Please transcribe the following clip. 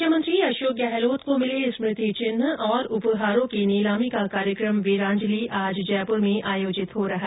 मुख्यमंत्री अशोक गहलोत को मिले स्मृति चिन्ह और उपहारों की नीलामी का कार्यक्रम वीरांजली आज जयपुर में आयोजित हो रहा